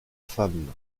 femme